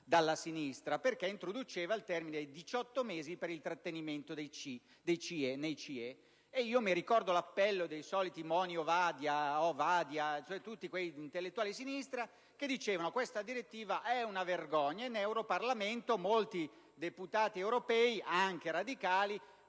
dalla sinistra, perché introduceva il termine di 18 mesi per il trattenimento nei CIE. Mi ricordo l'appello dei soliti Moni Ovadia e di tutti quegli intellettuali di sinistra che dicevano che quella direttiva era una vergogna, e nel Parlamento europeo molti deputati europei, anche radicali,